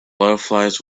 butterflies